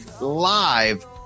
live